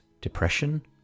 depression